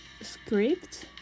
script